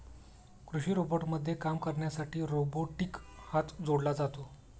कृषी रोबोटमध्ये काम करण्यासाठी रोबोटिक हात जोडला जातो